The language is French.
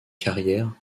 carrière